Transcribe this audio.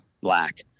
black